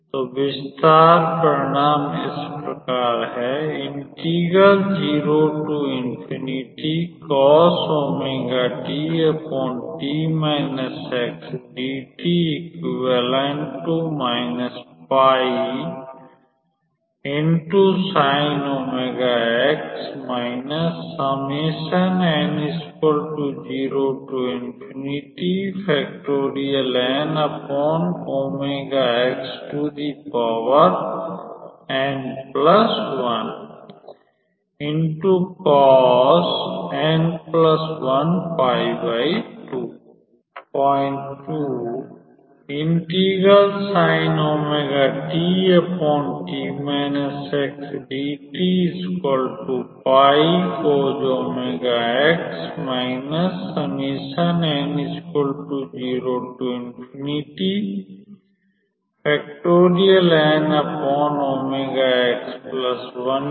तो विस्तार परिणाम इस प्रकार है